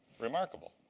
remarkable.